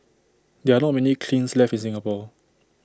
there are not many kilns left in Singapore